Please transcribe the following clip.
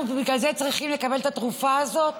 אנחנו בגלל זה צריכים לקבל את התרופה הזאת?